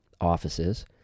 offices